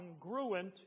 congruent